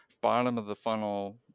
bottom-of-the-funnel